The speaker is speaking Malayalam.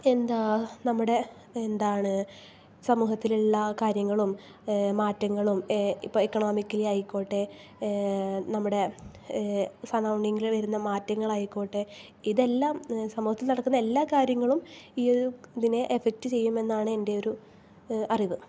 എന്താ നമ്മുടെ എന്താണ് സമൂഹത്തിൽ ഉള്ള കാര്യങ്ങളൂം മാറ്റങ്ങളും ഇപ്പോൾ എക്കൊണോമിക്കലി ആയിക്കോട്ടെ നമ്മുടെ സറൗണ്ടിങ്ങിൽ വരുന്ന മാറ്റങ്ങളായിക്കോട്ടെ ഇതെല്ലാം സമൂഹത്തിൽ നടക്കുന്ന എല്ലാ കാര്യങ്ങളും ഈ ഒരു ഇതിനെ എഫക്ട് ചെയ്യുമെന്നാണ് എന്റെ ഒരു അറിവ്